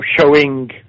showing